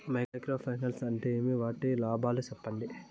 Micro finance అంటే ఏమి? వాటి లాభాలు సెప్పండి?